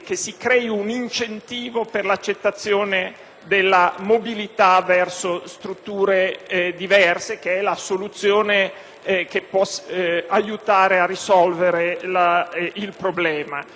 della mobilità verso strutture diverse. Questa è la soluzione che può aiutare a risolvere il problema. L'emendamento 6.4 mira sostanzialmente a questo,